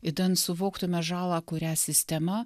idant suvoktume žalą kurią sistema